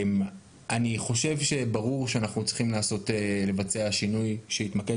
אני חושב שברור שאנחנו צריכים לבצע שינוי שיתמקד